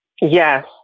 Yes